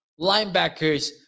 linebackers